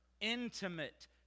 intimate